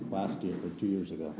last year or two years ago